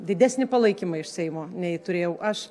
didesnį palaikymą iš seimo nei turėjau aš